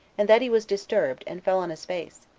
and that he was disturbed, and fell on his face,